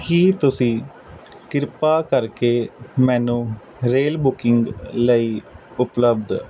ਕੀ ਤੁਸੀਂ ਕਿਰਪਾ ਕਰਕੇ ਮੈਨੂੰ ਰੇਲ ਬੁਕਿੰਗ ਲਈ ਉਪਲੱਬਧ